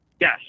Yes